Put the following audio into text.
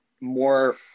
more